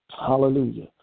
Hallelujah